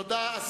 תודה.